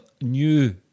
new